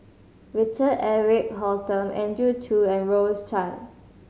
Richard Eric Holttum Andrew Chew and Rose Chan